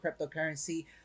cryptocurrency